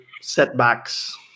setbacks